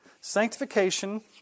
Sanctification